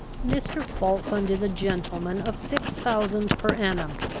mr. falkland is a gentleman of six thousand per annum.